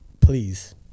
please